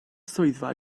swyddfa